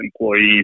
employees